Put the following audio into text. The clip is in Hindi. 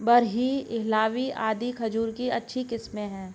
बरही, हिल्लावी आदि खजूर की अच्छी किस्मे हैं